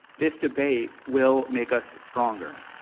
this debate will make us stronger.